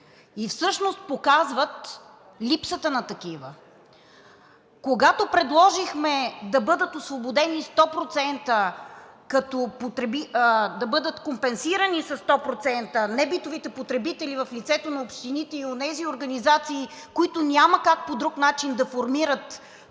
и всъщност показват липсата на такива. Когато предложихме да бъдат компенсирани със 100% небитовите потребители в лицето на общините и онези организации, които няма как по друг начин да формират